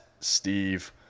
Steve